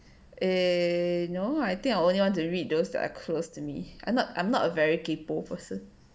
eh no I think I only want to read those that are close to me I'm not I'm not a very kaypoh person